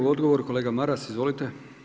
Odgovor kolega Maras, izvolite.